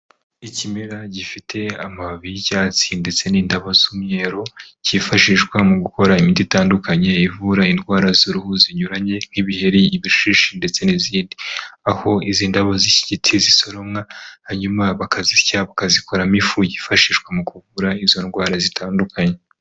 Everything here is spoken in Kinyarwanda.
Ikimera gifite amababi y'icyatsi ndetse n'indabo z'umweru, kifashishwa mu gukora imiti itandukanye, ivura indwara z'uruhu zinyuranye nk'ibiheri, ibishishi ndetse n'izindi, aho izi ndabo z'iki giti zisoromwa hanyuma bakazisya, bakazikoramo ifu yifashishwa mu kuvura izo ndwara zitandukanye.